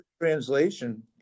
translation